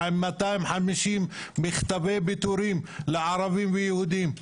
ושלחו מכתבי פיטורים לערבים ויהודים.